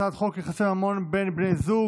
הצעת חוק יחסי ממון בין בני זוג,